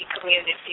community